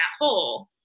hole